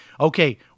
okay